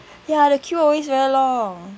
ya the queue always very long